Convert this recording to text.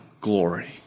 glory